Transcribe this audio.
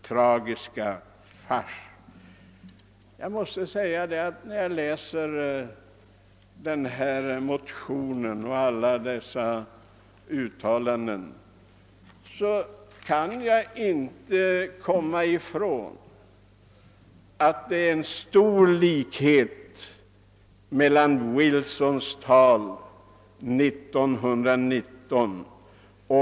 Tragiska fars!» När jag läser motionen och hör alla dessa uttalanden kan jag inte underlåta att tänka på Brandes” karakteristik av Wilsons tal 1919.